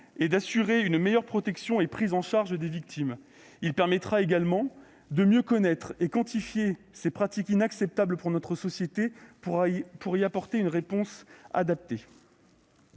et d'assurer une meilleure protection et une meilleure prise en charge des victimes. Il permettra également de mieux connaître et quantifier ces pratiques inacceptables pour notre société, afin d'y apporter une réponse adaptée.